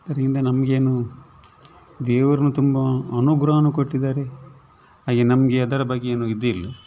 ಅದರಿಂದ ನಮಗೇನು ದೇವರುನು ತುಂಬ ಅನುಗ್ರಹನೂ ಕೊಟ್ಟಿದಾರೆ ಹಾಗೆ ನಮಗೆ ಅದರ ಬಗ್ಗೆ ಏನು ಇದಿಲ್ಲ